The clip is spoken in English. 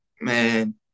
man